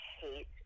hate